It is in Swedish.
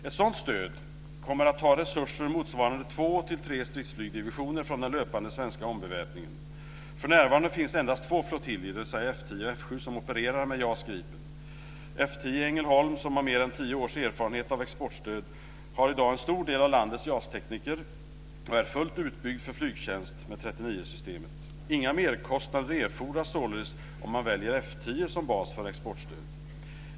Ett sådant stöd kommer att ta resurser motsvarande två till tre stridsflygsdivisioner från den löpande svenska ombeväpningen. För närvarande finns endast två flottiljer, dvs. F 10 och F 7, som opererar med JAS 39 Gripen. F 10 i Ängelholm, som har mer än tio års erfarenhet av exportstöd, har i dag en stor del av landets JAS-tekniker och är fullt utbyggt för flygtjänst med 39-systemet. Inga merkostnader erfordras således om man väljer F 10 som bas för exportstöd.